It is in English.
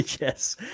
Yes